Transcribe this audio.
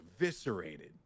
eviscerated